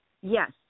Yes